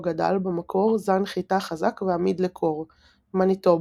גדל במקור זן חיטה חזק ועמיד לקור מניטובה,